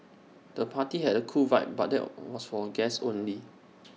the party had A cool vibe but there was for guests only